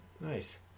Nice